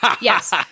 Yes